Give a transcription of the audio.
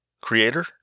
creator